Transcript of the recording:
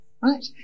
right